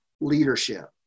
leadership